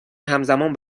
همزمان